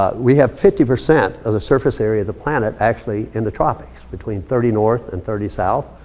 ah we have fifty percent of the surface area of the planet actually in the tropics between thirty north and thirty south.